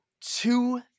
two